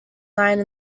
nine